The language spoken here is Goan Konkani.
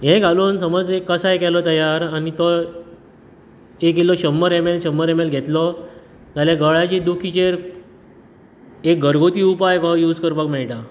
ह्यें घालून समज एक कसाय केलो तयार आनी तो एक इलो शंबर एम एल शंबर एम एल घेतलो जाल्यार गळ्याचे दुखीचेर एक घरगुती उपाय कहो युज करपाक मेळटा